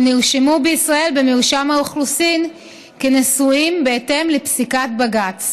נרשמו בישראל במרשם האוכלוסין כנשואים בהתאם לפסיקת בג"ץ